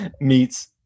meets